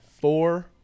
Four